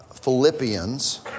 Philippians